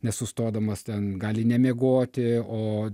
nesustodamas ten gali nemiegoti o